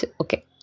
Okay